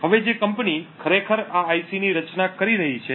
હવે જે કંપની ખરેખર આ આઇસી ની રચના કરી રહી છે